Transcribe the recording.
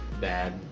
bad